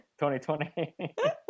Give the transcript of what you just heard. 2020